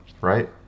right